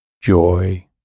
joy